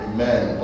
Amen